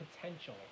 potential